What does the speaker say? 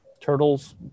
Turtles